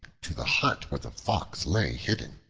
to the hut where the fox lay hidden.